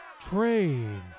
train